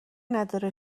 نداره